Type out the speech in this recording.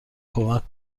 کمک